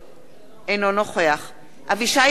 אינו נוכח אבישי ברוורמן,